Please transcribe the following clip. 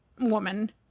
woman